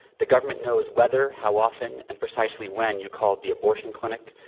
the government knows whether, how often and precisely when you called the abortion clinic,